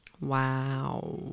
Wow